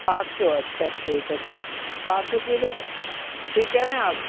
آٹھ سو اچھا ٹھیک ہے پھر آٹھ سو کی جگہ ٹھیک کہہ رہے ہیں آپ